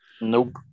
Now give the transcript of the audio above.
Nope